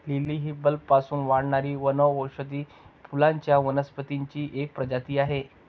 lily ही बल्बपासून वाढणारी वनौषधी फुलांच्या वनस्पतींची एक प्रजाती आहे